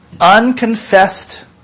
unconfessed